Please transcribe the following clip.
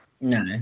No